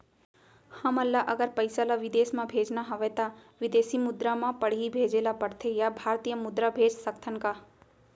हमन ला अगर पइसा ला विदेश म भेजना हवय त विदेशी मुद्रा म पड़ही भेजे ला पड़थे या भारतीय मुद्रा भेज सकथन का?